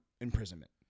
imprisonment